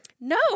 No